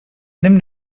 nimm